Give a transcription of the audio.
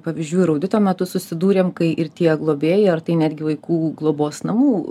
pavyzdžių ir audito metu susidūrėm kai ir tie globėjai ar tai netgi vaikų globos namų